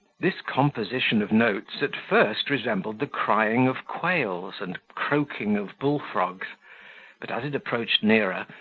this composition of notes at first resembled the crying of quails, and croaking of bull-dogs but as it approached nearer,